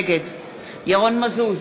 נגד ירון מזוז,